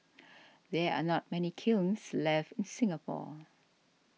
there are not many kilns left in Singapore